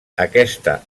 aquesta